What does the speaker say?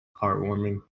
heartwarming